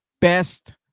best